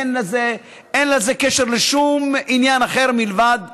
אין לזה קשר לשום עניין אחר מלבד נס,